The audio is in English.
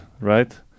right